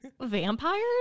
Vampires